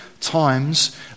times